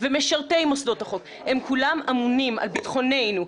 ומשרתי מוסדות החוק הם כולם אמונים על ביטחוננו,